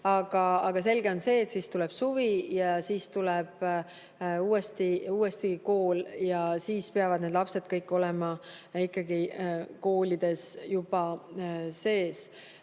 Aga selge on see, et siis tuleb suvi, siis tuleb uuesti kool ja siis peavad need lapsed kõik olema ikkagi juba